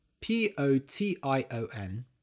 p-o-t-i-o-n